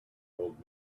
old